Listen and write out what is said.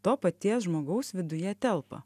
to paties žmogaus viduje telpa